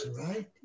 right